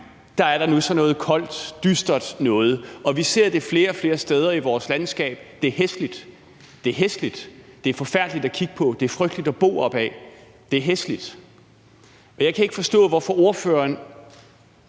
er der nu sådan noget koldt, dystert noget. Vi ser det flere og flere steder i vores landskab; det er hæsligt. Det er hæsligt, det er forfærdeligt at kigge på, det er frygteligt at bo op ad – det er hæsligt. Jeg kan ikke forstå ordføreren,